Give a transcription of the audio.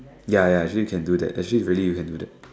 ya ya actually can do that actually really you can do that